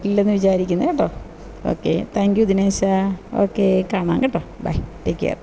ഇല്ലെന്ന് വിചാരിക്കുന്നു കേട്ടോ okay thank you Dinesh okay കാണാം കേട്ടോ ബൈ ടേക്ക് കെയർ